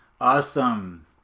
Awesome